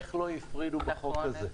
איך לא הפרידו את החוק הזה?